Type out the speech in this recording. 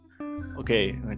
okay